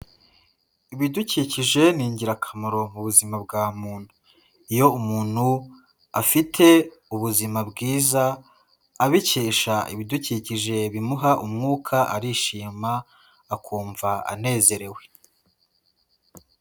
Ibidukikije ni ingirakamaro mu buzima bwa muntu, iyo umuntu afite ubuzima bwiza abikesha ibidukikije bimuha umwuka arishima akumva anezerewe.